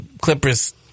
Clippers